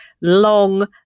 long